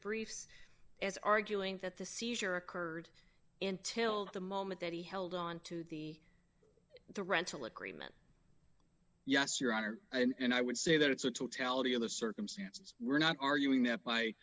briefs as arguing that the seizure occurred entailed the moment that he held on to the the rental agreement yes your honor and i would say that it's a totality of the circumstances we're not arguing that by